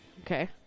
Okay